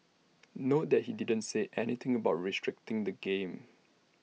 note that he didn't say anything about restricting the game